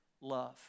love